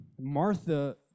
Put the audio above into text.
Martha